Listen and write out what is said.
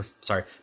sorry